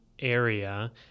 area